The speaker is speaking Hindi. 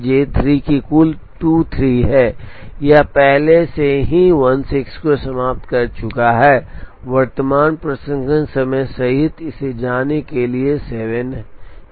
जे 3 की कुल 23 है यह पहले से ही 16 को समाप्त कर चुका है वर्तमान प्रसंस्करण समय सहित इसे जाने के लिए 7 है